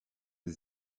his